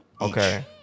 Okay